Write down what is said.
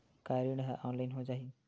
का ऋण ह ऑनलाइन हो जाही?